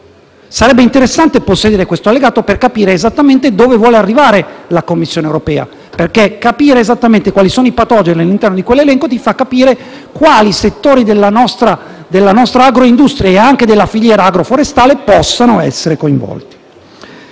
Sarebbe interessante possedere questo allegato, per capire esattamente dove vuole arrivare la Commissione europea, perché capire esattamente quali sono i patogeni all'interno di quell'elenco fa comprendere quali settori della nostra agroindustria e anche della filiera agroforestale possono essere coinvolti.